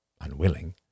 unwilling